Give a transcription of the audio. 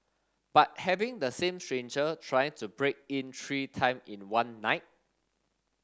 but having the same stranger trying to break in three time in one night